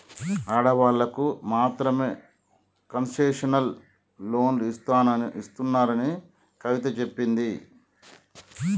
ఆడవాళ్ళకు మాత్రమే కన్సెషనల్ లోన్లు ఇస్తున్నారని కవిత చెప్పింది